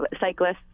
cyclists